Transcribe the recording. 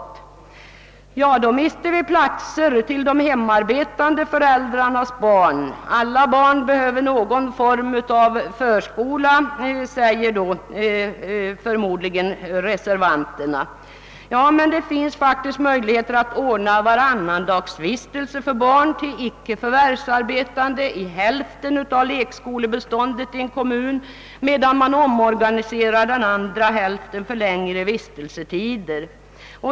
Då säger förmodligen reservanterna att vi mister platser till de hemmaarbetande föräldrarnas barn och att alla barn behöver någon form av förskola. Men det finns faktiskt möjligheter att ordna varannandagsvistelse för barn till icke förvärvsarbetande i hälften av lekskolebeståndet i en kommun medan den andra hälften omorganiseras för längre vistelsetider.